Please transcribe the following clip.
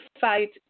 fight